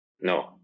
no